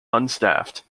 unstaffed